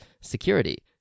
security